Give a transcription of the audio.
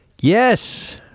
Yes